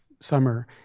summer